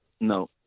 No